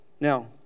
Now